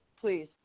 please